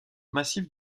massif